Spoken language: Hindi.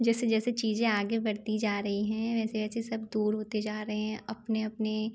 जैसे जैसे चीज़ें आगे बढ़ती जा रहीं हैं वैसे वैसे सब दूर होते जा रहें हैं अपने अपने